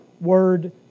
word